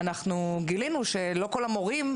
גילינו שלא כל המורים,